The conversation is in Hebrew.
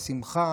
בשמחה.